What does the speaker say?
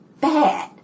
bad